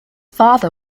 father